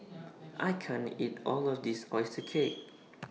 I can't eat All of This Oyster Cake